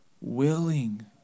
Willing